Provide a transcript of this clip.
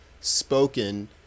spoken